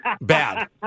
Bad